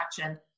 action